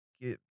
get